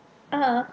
uh